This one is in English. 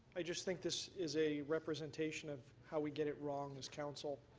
i just think this is a representation of how we get it wrong as council.